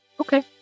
Okay